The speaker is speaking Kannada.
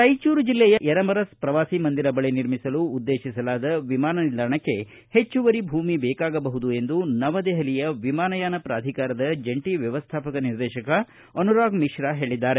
ರಾಯಚೂರು ಜಿಲ್ಲೆಯ ಯರಮರಸ್ ಪ್ರವಾಸಿಮಂದಿರ ಬಳಿ ನಿರ್ಮಿಸಲು ಉದ್ದೇಶಿಸಲಾದ ವಿಮಾನ ನಿಲ್ದಾಣಕ್ಕೆ ಹೆಚ್ಚುವರಿ ಭೂಮಿ ಬೇಕಾಗಬಹುದು ಎಂದು ನವದೆಹಲಿಯ ವಿಮಾನಯಾನ ಪೂಧಿಕಾರದ ಜಂಟಿ ವ್ಯವಸ್ಥಾಪಕ ನಿರ್ದೇಶಕ ಅನುರಾಗ್ ಮಿಶ್ರಾ ಹೇಳಿದ್ದಾರೆ